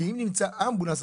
כי אם נמצא אמבולנס,